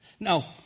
Now